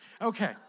Okay